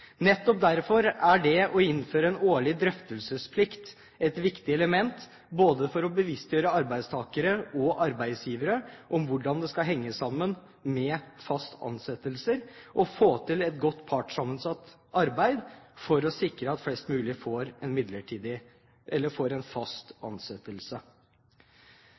Nettopp derfor er det å innføre en årlig drøftelsesplikt et viktig element, både for å bevisstgjøre arbeidstakere og arbeidsgivere om hvordan det skal henge sammen med fast ansettelse og å få til et godt partssammensatt arbeid for å sikre at flest mulig får